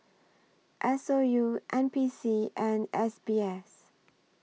S O U N P C and S B S